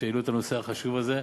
שהעלו את הנושא החשוב הזה.